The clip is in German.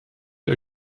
der